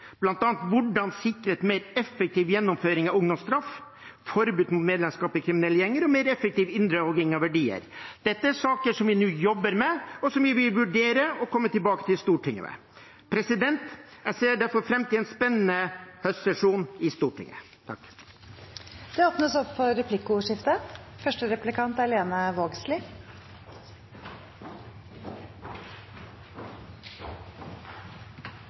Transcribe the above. bl.a. hvordan sikre en mer effektiv gjennomføring av ungdomsstraff, forbud mot medlemskap i kriminelle gjenger og mer effektiv inndragning av verdier. Dette er saker som vi nå jobber med, og som vi vil vurdere å komme tilbake til Stortinget med. Jeg ser derfor fram til en spennende høstsesjon i Stortinget. Det blir replikkordskifte. Eg vil starte med å seie at eg synest det er